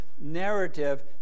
narrative